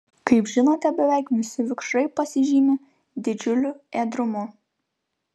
kaip žinote beveik visi vikšrai pasižymi didžiuliu ėdrumu